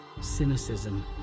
cynicism